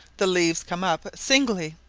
the leaves come up singly,